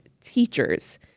teachers